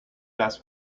las